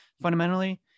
fundamentally